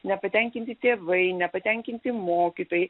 nepatenkinti tėvai nepatenkinti mokytojai